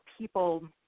people